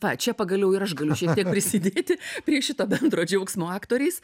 va čia pagaliau ir aš galiu šiek tiek prisidėti prie šito bendro džiaugsmo aktoriais